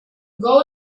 goal